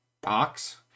box